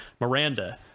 Miranda